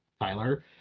Tyler